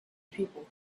people